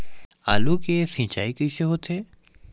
आलू के सिंचाई कइसे होथे?